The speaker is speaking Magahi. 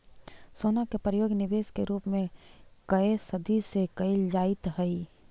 सोना के प्रयोग निवेश के रूप में कए सदी से कईल जाइत हई